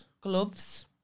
Gloves